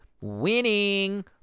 WINNING